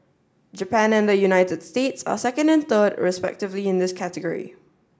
Japan and the United States are second and third respectively in this category